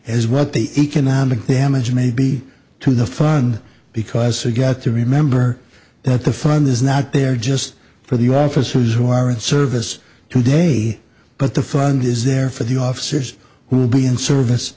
cases as what the economic damage may be to the fund because he got to remember that the fund is not there just for the officers who are in service today but the fund is there for the officers who will be in service